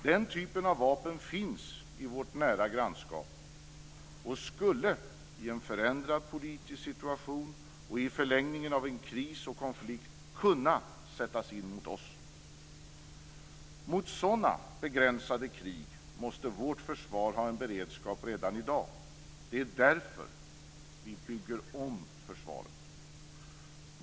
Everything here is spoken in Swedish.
Den typen av vapen finns i vårt nära grannskap och skulle i en förändrad politisk situation och i förlängningen av en kris och konflikt kunna sättas in mot oss. Mot sådana begränsade krig måste vårt försvar ha en beredskap redan i dag. Det är därför vi bygger om försvaret.